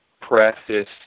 Practice